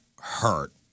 hurt